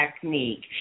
technique